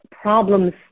problems